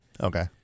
Okay